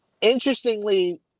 interestingly